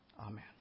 Amen